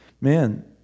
man